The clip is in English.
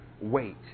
wait